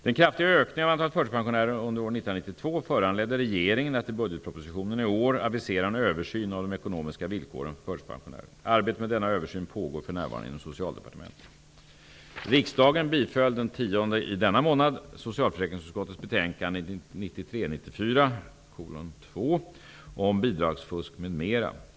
Den kraftiga ökningen av antalet förtidspensionärer under år 1992 föranledde regeringen att i budgetpropositionen i år avvisera en översyn av de ekonomiska villkoren för förtidspensionärer. Arbetet med denna översyn pågår för närvarande inom Socialdepartementet. 1993/94:SfU2 om bidragsfusk m.m.